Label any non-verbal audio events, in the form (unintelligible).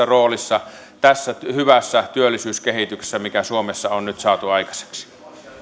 (unintelligible) roolissa tässä hyvässä työllisyyskehityksessä mikä suomessa on nyt saatu aikaiseksi